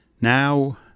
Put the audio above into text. now